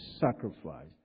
sacrifice